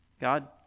God